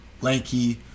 lanky